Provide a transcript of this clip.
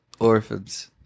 Orphans